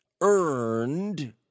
earned